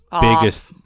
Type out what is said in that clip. biggest